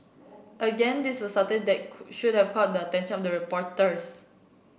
again this was something that should have caught the attention of the reporters